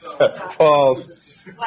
Pause